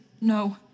no